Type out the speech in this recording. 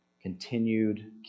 continued